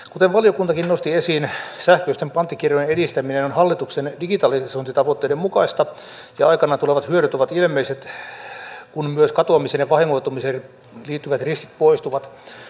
kuten valiokuntakin nosti esiin sähköisten panttikirjojen edistäminen on hallituksen digitalisointitavoitteiden mukaista ja aikanaan tulevat hyödyt ovat ilmeiset kun myös katoamiseen ja vahingoittumiseen liittyvät riskit poistuvat